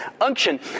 Unction